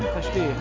Verstehe